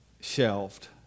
shelved